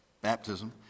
baptism